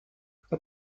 kto